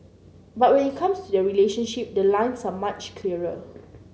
but when it comes to their relationship the lines are much clearer